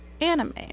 anime